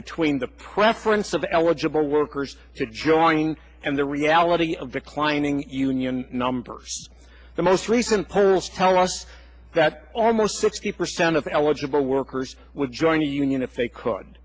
between the preference of eligible workers to join and the reality of declining union numbers the most recent polls tell us that almost sixty percent of eligible workers would join a union if they could